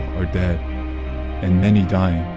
are dead and many dying.